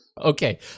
Okay